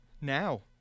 now